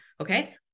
Okay